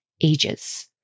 ages